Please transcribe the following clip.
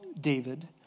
David